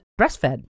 breastfed